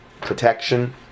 protection